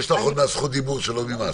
יש לך עוד את זכות הדיבור שלא מימשת.